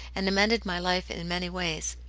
and amended my life in many ways.